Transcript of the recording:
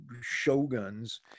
shoguns